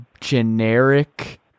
generic